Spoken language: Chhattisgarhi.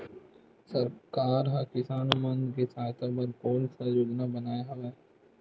सरकार हा किसान मन के सहायता बर कोन सा योजना बनाए हवाये?